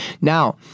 Now